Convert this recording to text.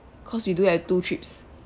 cause you do have two trips